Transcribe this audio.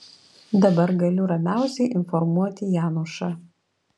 dabar galiu ramiausiai informuoti janušą